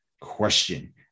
question